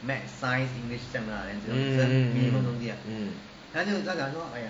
mm mm mm mm